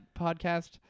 podcast